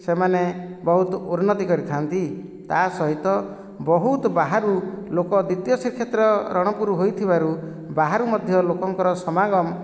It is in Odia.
ସେମାନେ ବହୁତ ଉନ୍ନତି କରିଥାନ୍ତି ତା ସହିତ ବହୁତ ବାହାରୁ ଲୋକ ଦ୍ଵିତୀୟ ଶ୍ରୀକ୍ଷେତ୍ର ରଣପୁର ହୋଇଥିବା ରୁ ବାହାରୁ ମଧ୍ୟ ଲୋକମାନଙ୍କର ସମାଗମ